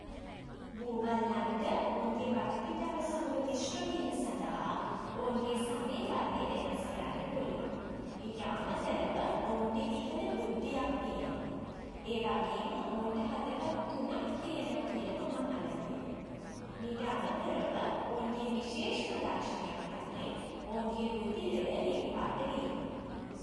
බූවල්ලන්ට ඔවුන්ගේ වටපිටාව සමඟ මිශ්‍ර වීම සඳහා ඔවුන්ගේ සමේ වර්ණය වෙනස් කරන්න පුළුවන්. ඊට අමතරව ඔවුන්ට ඉහළ බුද්ධියක් තියෙනවා. ඒ වගේම ඔවුන්ට හදවත් තුනක් තියෙනවා කියලා මම අහල තියෙනවා. මීට අමතරව ඔවුන්ගේ විශේෂම ලක්ෂණයක් තමයි ඔවුන්ගේ රුධිරය නිල් පාට වීම.